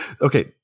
okay